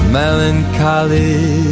melancholy